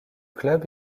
club